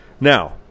now